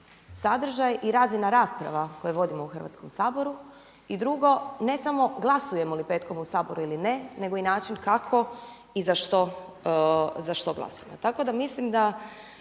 sadržaj i razina rasprava koje vodimo u Hrvatskom saboru. I drugo ne samo glasujemo li petkom u Saboru ili ne nego i način kako i za što glasujemo. Tako da mislim da